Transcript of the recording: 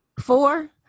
Four